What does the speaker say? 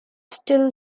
still